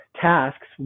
tasks